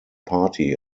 party